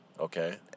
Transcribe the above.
Okay